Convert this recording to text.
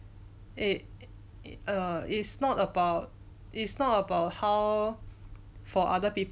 it it err it's not about it's not about how for other people